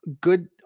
good